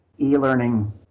e-learning